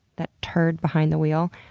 that turd behind the wheel?